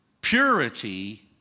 purity